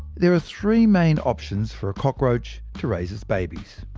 there are three main options for a cockroach to raise its babies.